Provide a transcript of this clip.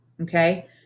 okay